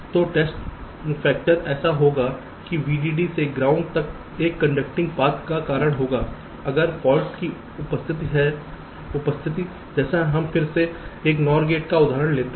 तो test factor ऐसा होगा कि यह वीडीडी से ग्राउंड तक एक कंडक्टिंग पथ का कारण होगा अगर फॉल्ट की उपस्थिति जैसे हम फिर से एक NOR गेट का उदाहरण लेते हैं